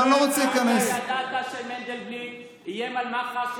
אבל אני לא רוצה להיכנס --- אתה ידעת שמנדלבליט איים על מח"ש.